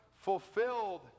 fulfilled